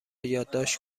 یادداشت